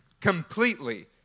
completely